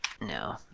no